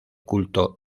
culto